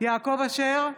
יעקב אשר,